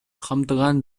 камтыган